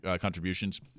contributions